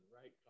right